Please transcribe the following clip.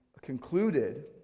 concluded